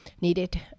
needed